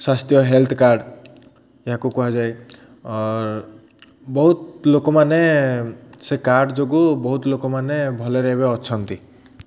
ସ୍ୱାସ୍ଥ୍ୟ health card ଏହାକୁ କୁହାଯାଏ ଅର୍ ବହୁତ ଲୋକମାନେ ସେ କାର୍ଡ଼ ଯୋଗୁଁ ବହୁତ ଲୋକମାନେ ଭଲରେ ଏବେ ଅଛନ୍ତି